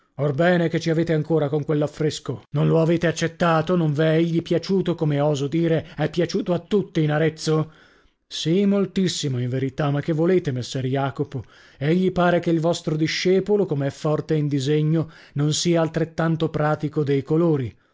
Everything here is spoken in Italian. orbene che ci avete ancora con quell'affresco non lo avete accettato non v'è egli piaciuto come oso dire è piaciuto a tutti in arezzo sì moltissimo in verità ma che volete messer jacopo egli pare che il vostro discepolo come è forte in disegno non sia altrettanto pratico dei colori